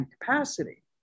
capacity